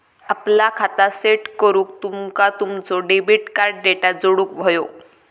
आपला खाता सेट करूक तुमका तुमचो डेबिट कार्ड डेटा जोडुक व्हयो